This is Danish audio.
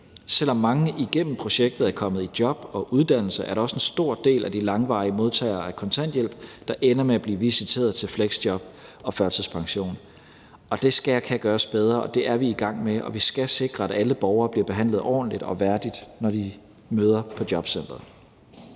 Selv om mange igennem projektet er kommet i job og uddannelse, er der også en stor del af de langvarige modtagere af kontanthjælp, der ender med at blive visiteret til fleksjob og førtidspension. Det kan gøres bedre, og det er vi i gang med, og vi skal sikre, at alle borgere bliver behandlet ordentligt og værdigt, når de møder på jobcenteret.